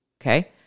Okay